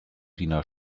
wiener